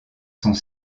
sont